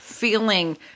Feeling